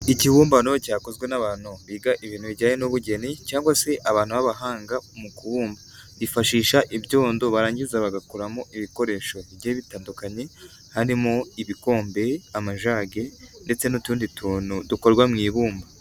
Ikibumbano cyakozwe n'abantu biga ibintu bijyanye n'ubugeni cyangwa se abantu b'abahanga mu kubumba, bifashisha ibyondo barangiza bagakuramo ibikoresho bigiye bitandukanye, harimo ibikombe, amajage ndetse n'utundi tuntu dukorwa mu ibumba.